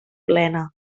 plena